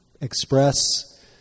express